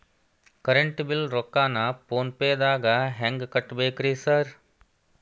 Current bill ರೊಕ್ಕಾನ phone ಪೇದಾಗ ಹೆಂಗ್ ಕಟ್ಟಬೇಕ್ರಿ ಸರ್?